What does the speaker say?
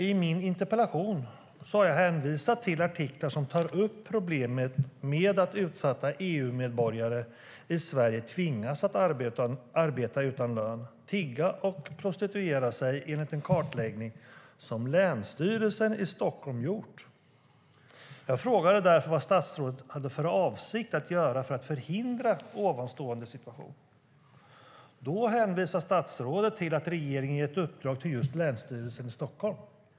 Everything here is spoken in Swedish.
I min interpellation hänvisar jag till artiklar som tar upp problemet med att utsatta EU-medborgare i Sverige tvingas arbeta utan lön, tigga och prostituera sig enligt den kartläggning som Länsstyrelsen Stockholm gjort. Jag frågade därför vad statsrådet avsåg att göra för att förhindra ovanstående situation. Statsrådet hänvisar till att regeringen gett ett uppdrag till just Länsstyrelsen Stockholm.